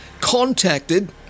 contacted